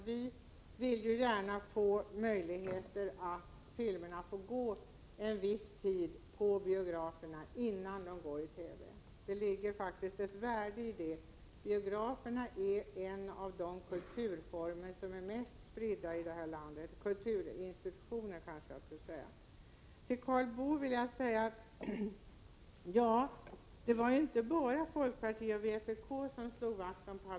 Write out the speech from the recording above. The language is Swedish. Vi vill gärna att filmerna får gå en viss tid på biograferna innan de visas i TV. Det ligger faktiskt ett värde i detta. Biograferna är en av de kulturinstitutioner som har störst spridning i detta land. Till Karl Boo vill jag säga att det inte bara var folkpartiet och vpk som slog vakt om dets.k.